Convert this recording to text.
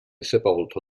sepolto